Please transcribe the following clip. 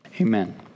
Amen